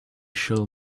shall